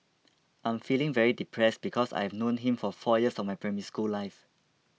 I'm feeling very depressed because I've known him for four years of my Primary School life